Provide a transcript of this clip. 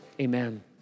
amen